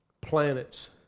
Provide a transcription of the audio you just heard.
planets